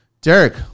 derek